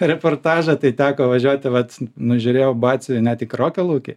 reportažą tai teko važiuoti vat nužiūrėjau batsiuvį net į krokialaukį